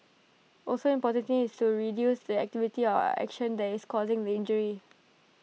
also important is to reduce the activity or action that is causing the injury